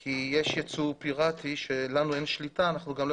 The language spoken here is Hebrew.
כי יש יצוא פירטי שלנו אין שליטה עליו ואנחנו גם לא